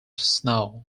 snow